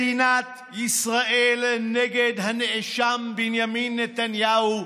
מדינת ישראל נגד הנאשם בנימין נתניהו,